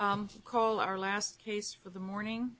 we call our last case for the morning